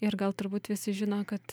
ir gal turbūt visi žino kad